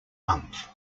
month